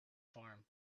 farm